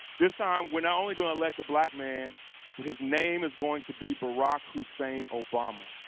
this time, we're not only going to elect a black man but his name is going to be barack hussein obama.